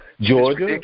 Georgia